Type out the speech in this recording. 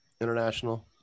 International